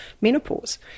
menopause